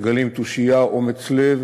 מגלים תושייה, אומץ לב,